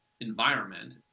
environment